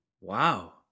Wow